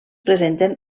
presenten